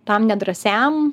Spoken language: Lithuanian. tam nedrąsiam